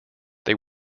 they